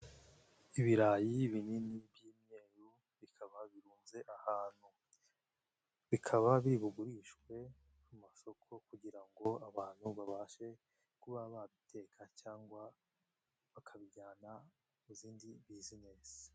Ibirayi binini by'umweru, bikaba birunze ahantu. Bikaba biri bugurishwe mu masoko kugira ngo abantu babashe kuba babiteka cyangwa bakabijyana mu zindi bizinesi.